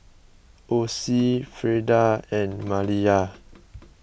Osie Frieda and Maliyah